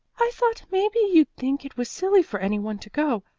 i thought maybe you'd think it was silly for any one to go.